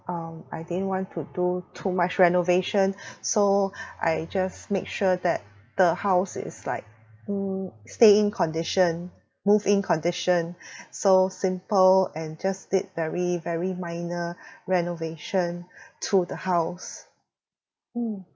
um I didn't want to do too much renovation so I just make sure that the house is like mm stay in condition move in condition so simple and just did very very minor renovation to the house mm